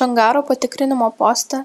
čongaro patikrinimo poste